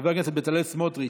חבר הכנסת בצלאל סמוטריץ',